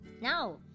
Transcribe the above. Now